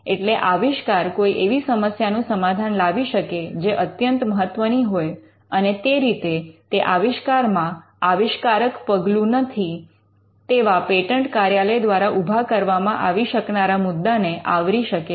એટલે આવિષ્કાર કોઈ એવી સમસ્યાનું સમાધાન લાવી શકે જે અત્યંત મહત્વની હોય અને તે રીતે તે આવિષ્કાર માં આવિષ્કારક પગલું નથી તેવા પેટન્ટ કાર્યાલય દ્વારા ઉભા કરવામાં આવી શકનારા મુદ્દાને આવરી શકે છે